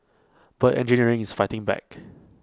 but engineering is fighting back